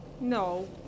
No